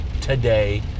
today